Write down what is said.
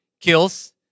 kills